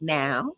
now